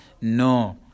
No